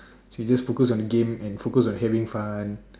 so we just focus on game and focus on having fun